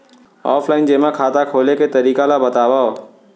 Offline जेमा खाता खोले के तरीका ल बतावव?